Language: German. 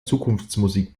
zukunftsmusik